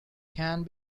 can